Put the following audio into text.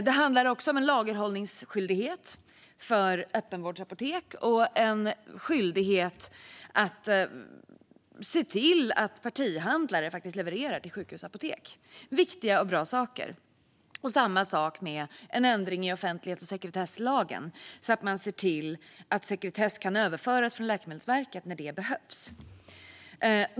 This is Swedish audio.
Det handlar också om en lagerhållningsskyldighet för öppenvårdsapotek och en skyldighet att se till att partihandlare faktiskt levererar till sjukhusapotek. Detta är viktiga och bra saker. Samma sak är det angående en ändring i offentlighets och sekretesslagen så att man ser till att sekretess kan överföras från Läkemedelsverket när det behövs.